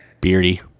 Beardy